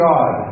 God